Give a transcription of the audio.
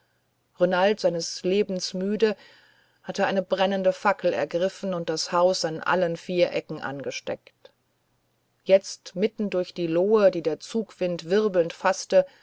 renald seines lebens müde hatte eine brennende fackel ergriffen und das haus an allen vier ecken angesteckt jetzt mitten durch die lohe die der zugwind wirbelnd faßte